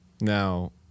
Now